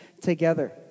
together